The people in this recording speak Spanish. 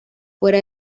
fuera